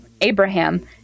Abraham